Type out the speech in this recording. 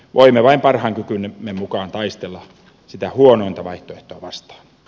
voimme vain parhaan kykymme mukaan taistella sitä huonointa vaihtoehtoa vastaan